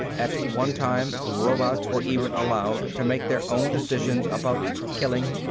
at one time robots were even allowed to make their own decisions about killing.